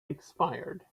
expired